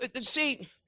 see